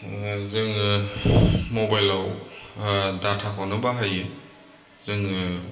जोङो मबाइलाव डाटाखौनो बाहायो जोङो